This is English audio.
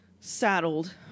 saddled